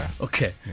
Okay